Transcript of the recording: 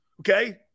Okay